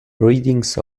readings